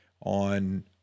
on